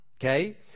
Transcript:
okay